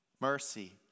Mercy